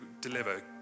deliver